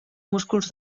músculs